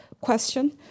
question